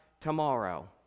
tomorrow